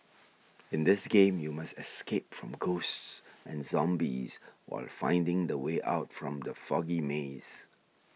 in this game you must escape from ghosts and zombies while finding the way out from the foggy maze